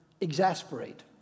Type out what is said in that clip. Exasperate